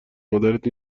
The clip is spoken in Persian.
مادرت